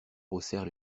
haussèrent